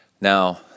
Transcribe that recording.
Now